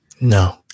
No